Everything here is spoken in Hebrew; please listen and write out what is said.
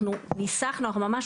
אנחנו ממש